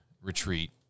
retreat